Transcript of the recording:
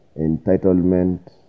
entitlement